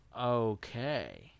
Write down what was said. Okay